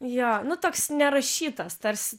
jo nu toks nerašytas tarsi